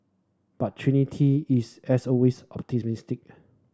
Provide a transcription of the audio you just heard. but Trinity is as always optimistic